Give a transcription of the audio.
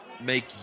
make